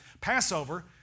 Passover